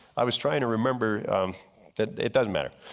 i was trying to remember that it doesn't matter.